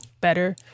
better